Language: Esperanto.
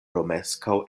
romeskaŭ